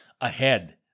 ahead